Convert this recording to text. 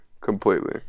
completely